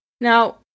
Now